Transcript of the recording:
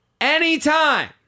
Anytime